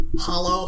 hollow